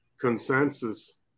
consensus